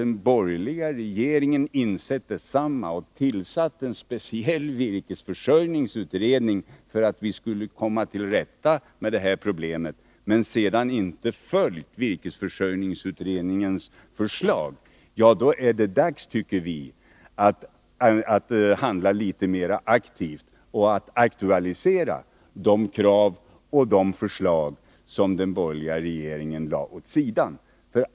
Den borgerliga regeringen har insett detsamma och tillsatt en speciell virkesförsörjningsutredning för att komma till rätta med detta problem. Men sedan har den inte följt utredningens förslag. Därför tycker vi att det nu är dags att handla mer aktivt och aktualisera de förslag som den borgerliga regeringen lade åt sidan.